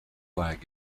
lag